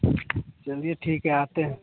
चलिए ठीक है आते हैं